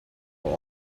will